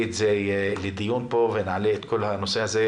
את זה לדיון פה ונעלה את הנושא הזה.